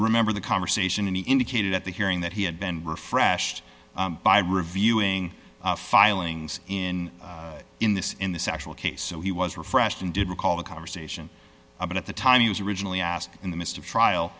remember the conversation and he indicated at the hearing that he had been refresh by reviewing filings in in this in this actual case so he was refreshing did recall the conversation about the time he was originally asked in the midst of trial